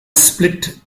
split